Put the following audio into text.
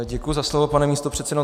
Děkuji za slovo, pane místopředsedo.